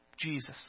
Jesus